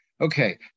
Okay